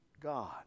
God